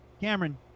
Cameron